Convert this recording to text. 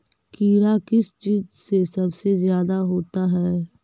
कीड़ा किस चीज से सबसे ज्यादा होता है?